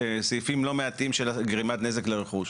יש לא מעט סעיפים בחוק העונשין של גרימת נזק לרכוש.